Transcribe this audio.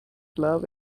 love